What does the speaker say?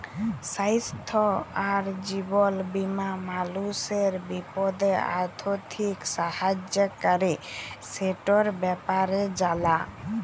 স্বাইস্থ্য আর জীবল বীমা মালুসের বিপদে আথ্থিক সাহায্য ক্যরে, সেটর ব্যাপারে জালা